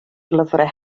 lyfrau